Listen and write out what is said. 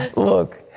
look.